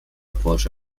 porsche